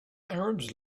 arabs